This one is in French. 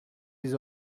les